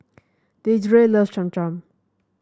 Deidre love Cham Cham